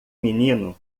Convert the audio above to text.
menino